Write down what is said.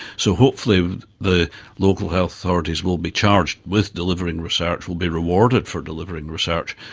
so hopefully the local health authorities will be charged with delivering research, will be rewarded for delivering research,